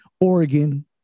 Oregon